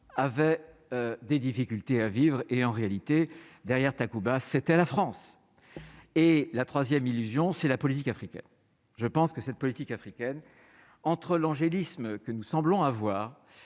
avaient des difficultés à vivre et en réalité derrière Takuba c'était la France et la 3ème, illusion, c'est la politique africaine je pense que cette politique africaine entre l'angélisme que nous semblons avoir